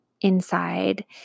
inside